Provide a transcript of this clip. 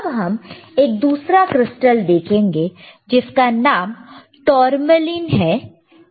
अब हम एक दूसरा क्रिस्टल देखेंगे जिसका नाम टूरमैलीन है